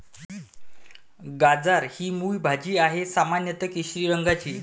गाजर ही मूळ भाजी आहे, सामान्यत केशरी रंगाची